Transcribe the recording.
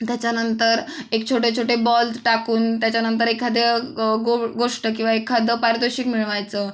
त्याच्यानंतर एक छोटे छोटे बॉल्स टाकून त्याच्यानंतर एखादं गो गोष्ट किंवा एखादं पारितोषिक मिळवायचं